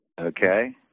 Okay